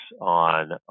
on